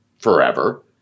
forever